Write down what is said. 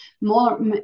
more